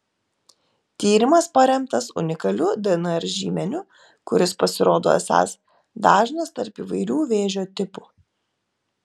tyrimas paremtas unikaliu dnr žymeniu kuris pasirodo esąs dažnas tarp įvairių vėžio tipų